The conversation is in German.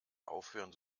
aufhören